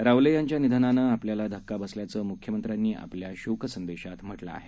रावलेयांच्यानिधनानंआपल्यालाधक्काबसल्याचंमुख्यमंत्र्यांनीआपल्याशोकसंदेशातम्हटलंआहे